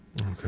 Okay